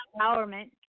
empowerment